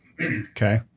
Okay